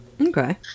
Okay